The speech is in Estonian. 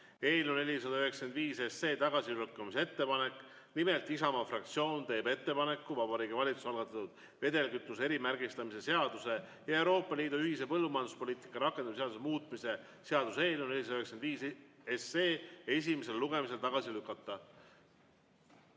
eelnõu 495 tagasilükkamise ettepanek. Nimelt, Isamaa fraktsioon teeb ettepaneku Vabariigi Valitsuse algatatud vedelkütuse erimärgistamise seaduse ja Euroopa Liidu ühise põllumajanduspoliitika rakendamise seaduse muutmise seaduse eelnõu 495 esimesel lugemisel tagasi lükata. Ma